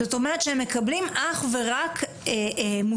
זאת אומרת שהם מקבלים אך ורק מוטיבציה